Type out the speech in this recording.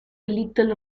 little